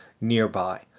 nearby